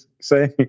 say